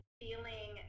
feeling